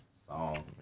song